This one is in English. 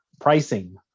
pricing